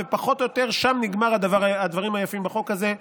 ופחות או יותר שם נגמרים הדברים היפים בחוק הזה.